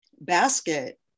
basket